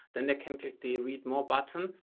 then they can click the read more button.